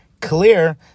clear